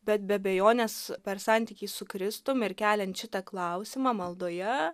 bet be abejonės per santykį su kristum ir keliant šitą klausimą maldoje